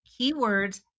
keywords